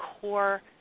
core